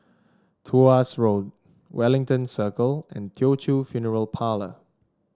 Tuas Road Wellington Circle and Teochew Funeral Parlour